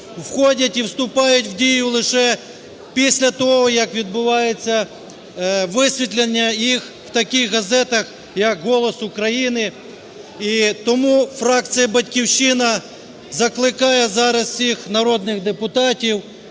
входять і вступають в дію лише після того, як відбувається висвітлення їх в таких газетах як "Голос України". І тому фракція "Батьківщина" закликає зараз всіх народних депутатів